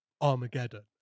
Armageddon